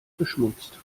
beschmutzt